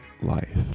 life